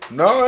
no